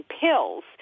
pills